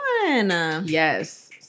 Yes